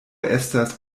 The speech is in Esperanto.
estas